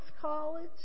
College